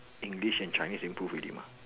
English and Chinese improve already mah